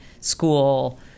school